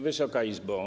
Wysoka Izbo!